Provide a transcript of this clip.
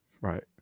right